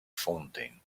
fountain